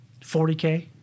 40K